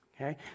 Okay